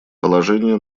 положение